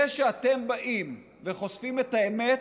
זה שאתם באים וחושפים את האמת,